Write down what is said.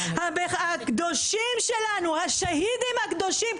הקדושים שלנו השהידים הקדושים,